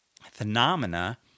phenomena